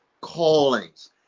callings